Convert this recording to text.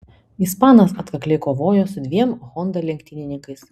ispanas atkakliai kovojo su dviem honda lenktynininkais